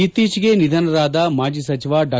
ಇತ್ತೀಚೆಗೆ ನಿಧನರಾದ ಮಾಜಿ ಸಚಿವ ಡಾ